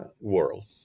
world